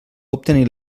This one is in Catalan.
obtenir